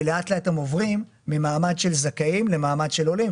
ולאט לאט הם עוברים ממעמד של זכאים למעמד של עולים,